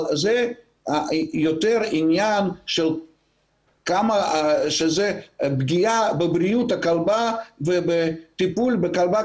זה יותר עניין שזה פגיעה בבריאות הכלבה ובטיפול בכלבה,